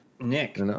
nick